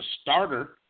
starter